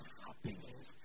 happiness